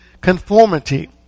conformity